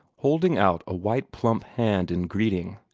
holding out a white plump hand in greeting.